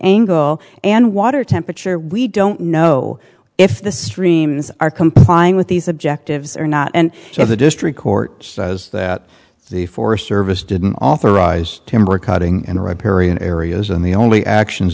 angle and water temperature we don't know if the streams are complying with these objectives or not and so the district court says that the forest service didn't authorize timber cutting in riparian areas and the only actions